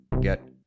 get